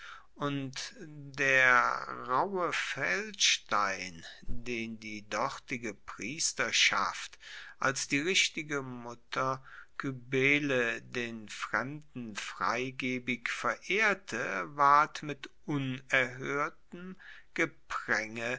und der raube feldstein den die dortige priesterschaft als die richtige mutter kybele den fremden freigebig verehrte ward mit unerhoertem